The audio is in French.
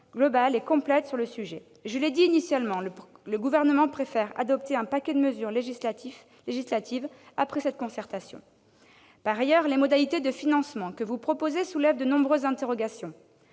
proposer des solutions globales. Je l'ai dit initialement, le Gouvernement préfère adopter un paquet de mesures législatives après cette concertation. Par ailleurs, les modalités de financement que vous proposez soulèvent de nombreuses interrogations.